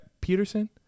Peterson